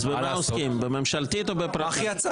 אז במה עוסקים, בממשלתית או בפרטית?